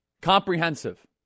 comprehensive